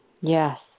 Yes